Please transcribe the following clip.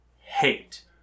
hate